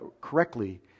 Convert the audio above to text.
correctly